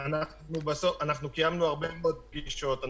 אנחנו קיימנו הרבה מאוד פגישות.